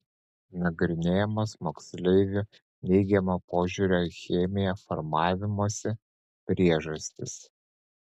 nagrinėjamos moksleivių neigiamo požiūrio į chemiją formavimosi priežastys